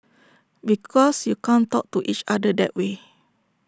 because you can't talk to each other that way